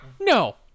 no